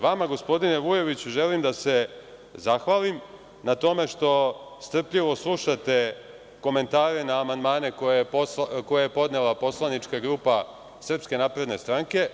Vama, gospodine Vujoviću, želim da se zahvalim na tome što strpljivo slušate komentare na amandmane koje je podnela poslanička grupa SNS.